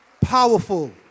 Powerful